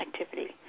activity